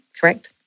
Correct